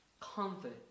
comfort